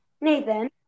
Nathan